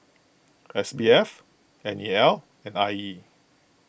S B F N E L and I E